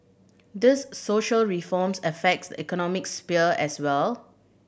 these social reforms affects the economic sphere as well